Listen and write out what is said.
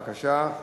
בבקשה.